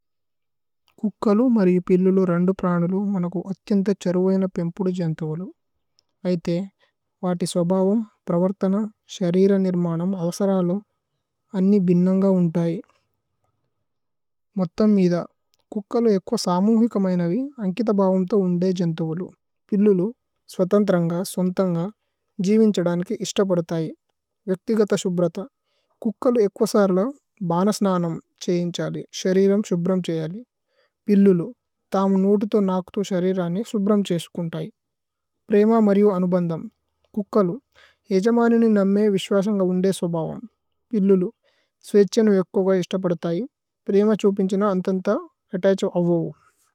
കുക്കലു മരിയു പില്ലുലു രന്ദു പ്രാനുലു മനകു। അത്യന്ത ഛരുവേന പേമ്പുദു ജന്തുവലു ഐഥേ। വാതി സ്വബവമ് പ്രവര്തന ശരിര നിര്മനമ്। അവസരലു അന്നി ബിന്നന്ഗ ഉന്തൈ। മോത്തമ് മിദ കുക്കലു ഏക്വ സാമുഹികമൈനവി। അന്കിത ബാവുമ്ഥ ഉന്ദേ ജന്തുവലു പില്ലുലു। സ്വതന്ത്രന്ഗ സോന്തന്ഗ ജീവിന്ഛദനികി ഇസ്ത। പോദതൈ വേക്ഥിഗഥ ശുബ്രഥ കുക്കലു। ഏക്വസരല ബനസ്നനമ് ഛേഇന്ഛലി ശരിരമ്। ശുബ്രമ് ഛേയലി പില്ലുലു തമു നൂതിഥു। നക്ഥു ശരിരനേ ശുബ്രമ് ഛേസുകുന്തൈ। പ്രേമ മരിയു അനുബന്ദമ് കുക്കലു ഏജമനിനി। നമ്മേ വിസ്വസന്ഗ ഉന്ദേ സ്വബവമ് പില്ലുലു। സ്വേത്ഛനു ഏക്കോഗ ഇസ്ത പോദതൈ പ്രേമ। ഛുപിന്ഛന അന്തന്ത ഏതഛു അവവു।